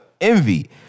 Envy